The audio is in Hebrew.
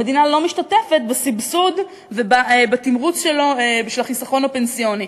המדינה לא משתתפת בסבסוד ובתמרוץ שלו בשביל החיסכון הפנסיוני.